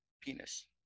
penis